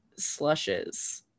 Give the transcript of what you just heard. slushes